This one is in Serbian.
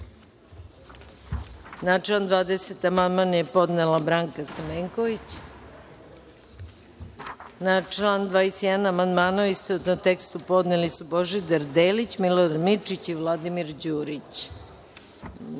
član 20. amandman je podnela Branka Stamenković. Na član 21. amandmane, u istovetnom tekstu, podneli su Božidar Delić, Milorad Mirčić i Vladimir Đurić. Na